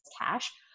cash